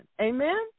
Amen